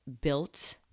built